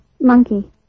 monkey